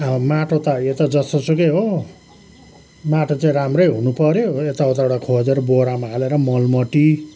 अब माटो त यो त जस्तो सुकै हो माटो चाहिँ राम्रै हुनुपर्यो यता उताबाट खोजेर बोरामा मलमट्टी